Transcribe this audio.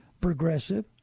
Progressive